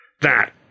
That